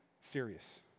serious